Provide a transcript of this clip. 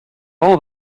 all